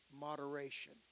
moderation